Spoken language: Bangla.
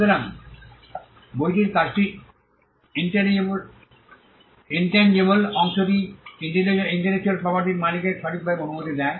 সুতরাং বইটির কাজটির ইন্ট্যাঞ্জিবলে অংশটি ইন্টেলেকচুয়াল প্রপার্টির মালিককে সঠিকভাবে অনুমতি দেয়